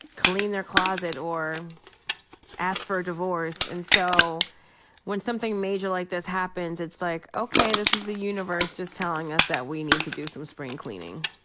cleaned their closet or asked for a divorce. and so when something major like this happens, it's like, okay, this is the universe just telling us that we need to do some spring cleaning.